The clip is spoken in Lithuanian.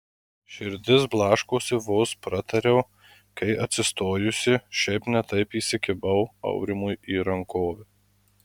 širdis blaškosi vos pratariau kai atsistojusi šiaip ne taip įsikibau aurimui į rankovę